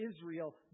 Israel